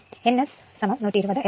n S120 fP